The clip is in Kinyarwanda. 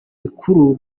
bikuru